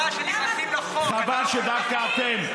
חבל שדווקא אתם,